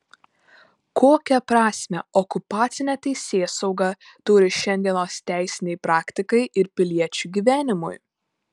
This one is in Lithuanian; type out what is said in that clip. kokią prasmę okupacinė teisėsauga turi šiandienos teisinei praktikai ir piliečių gyvenimui